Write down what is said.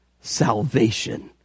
salvation